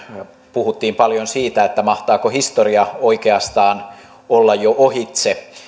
puhuttiin paljon siitä mahtaako historia oikeastaan olla jo ohitse